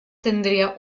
tendría